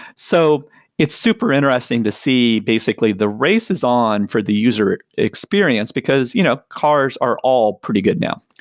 so it's super interesting to see basically the race is on for the user experience, experience, because you know cars are all pretty good now.